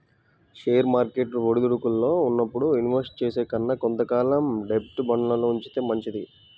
share market ఒడిదుడుకుల్లో ఉన్నప్పుడు invest చేసే కన్నా కొంత కాలం డెబ్ట్ ఫండ్లల్లో ఉంచితే మంచిది